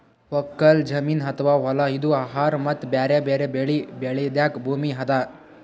ಒಕ್ಕಲ್ ಜಮೀನ್ ಅಥವಾ ಹೊಲಾ ಇದು ಆಹಾರ್ ಮತ್ತ್ ಬ್ಯಾರೆ ಬ್ಯಾರೆ ಬೆಳಿ ಬೆಳ್ಯಾದ್ ಭೂಮಿ ಅದಾ